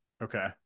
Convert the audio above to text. okay